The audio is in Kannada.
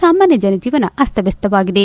ಸಾಮಾನ್ನ ಜನಜೀವನ ಅಸ್ತಮ್ನಸ್ತವಾಗಿದೆ